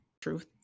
truth